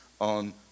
on